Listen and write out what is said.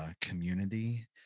community